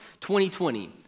2020